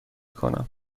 کنم